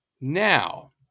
Now